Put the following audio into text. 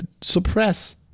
suppress